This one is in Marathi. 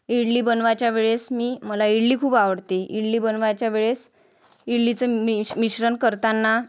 इडली बनवायच्या वेळेस मी मला इडली खूप आवडते इडली बनवायच्या वेळेस इडलीचं मिश मिश्रण करताना